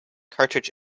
cartridge